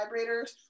vibrators